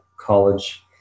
college